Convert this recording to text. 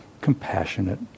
compassionate